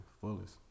fullest